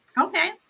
Okay